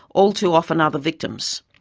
all too often are the victims.